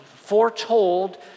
foretold